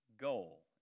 goal